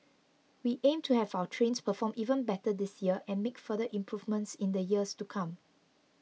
we aim to have our trains perform even better this year and make further improvements in the years to come